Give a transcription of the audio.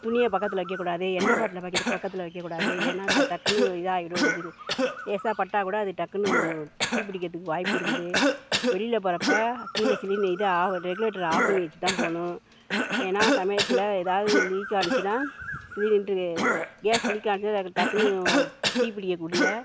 துணியை பக்கத்தில் வைக்கக்கூடாது எண்ணெய் பாட்டில வக் இது பக்கத்தில் வைக்கக்கூடாது ஏன்னால் தக் டக்குன்னு இதாகிடும் இது லேஸாக பட்டால்கூட அது டக்குன்னு தீப்பிடிக்கிறதுக்கு வாய்ப்பு இருக்குது வெளியில் போகிறப்ப கீழே சிலிண் இது ஆ ரெகுலேட்ரை ஆஃப் பண்ணி வெச்சு தான் போகணும் ஏன்னால் சமயத்தில் ஏதாவது லீக்காகிடுச்சினா சிலிண்ட்ரு கேஸ் லீக்காணுச்சுனா டக்குன்னு தீப்பிடிக்கக்கூடிய